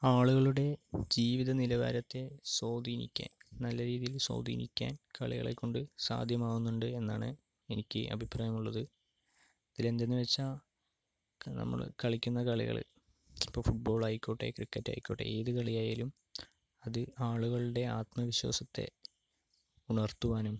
ആളുകളുടെ ജീവിതനിലവാരത്തെ സ്വാധീനിക്കാൻ നല്ല രീതിയിൽ സ്വാധീനിക്കാൻ കളികളെ കൊണ്ട് സാധ്യമാകുന്നുണ്ട് എന്നാണ് എനിക്ക് അഭിപ്രായം ഉള്ളത് ഇതിൽ എന്തെന്ന് വെച്ചാൽ നമ്മള് കളിക്കുന്ന കളികള് ഇപ്പോൾ ഫുട്ബോൾ ആയിക്കോട്ടെ ക്രിക്കറ്റ് ആയിക്കോട്ടെ ഏത് കളിയായാലും അത് ആളുകളുടെ ആത്മവിശ്വാസത്തെ ഉണർത്തുവാനും